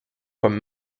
comme